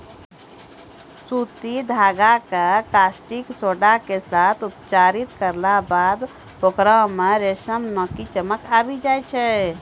सूती धागा कॅ कास्टिक सोडा के साथॅ उपचारित करला बाद होकरा मॅ रेशम नाकी चमक आबी जाय छै